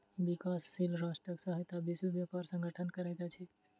विकासशील राष्ट्रक सहायता विश्व व्यापार संगठन करैत अछि